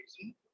reason